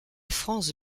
france